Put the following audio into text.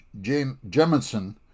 Jemison